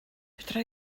fedra